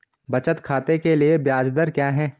बचत खाते के लिए ब्याज दर क्या है?